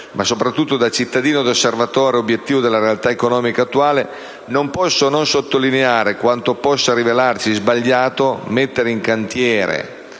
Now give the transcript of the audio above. ma soprattutto da cittadino e osservatore obiettivo della realtà economica attuale, non posso non sottolineare quanto possa rivelarsi sbagliato mettere in cantiere,